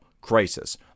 crisis